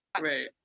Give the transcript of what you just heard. Right